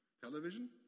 Television